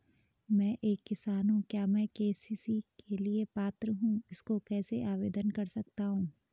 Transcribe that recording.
मैं एक किसान हूँ क्या मैं के.सी.सी के लिए पात्र हूँ इसको कैसे आवेदन कर सकता हूँ?